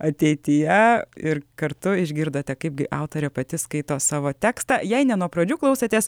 ateityje ir kartu išgirdote kaip gi autorė pati skaito savo tekstą jei ne nuo pradžių klausetės